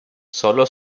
solo